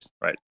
right